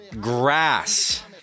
grass